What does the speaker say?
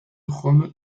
rome